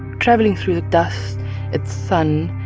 traveling through the dust it's sun.